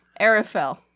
Arafel